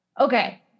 okay